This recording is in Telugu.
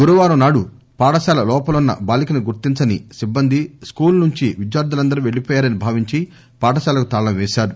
గురువారం నాడు పాఠశాల లోపలున్న బాలికను గుర్తించని సిబ్బంది స్కూల్ నుంచి విద్యార్లులందరూ పెళ్లిపోయారని భావించి పాఠశాలకు తాళం పేశారు